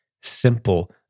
simple